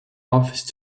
office